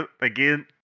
again